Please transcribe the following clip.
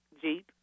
Jeep